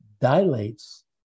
dilates